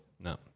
No